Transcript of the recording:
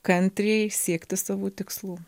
kantriai siekti savo tikslų